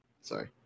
sorry